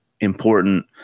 important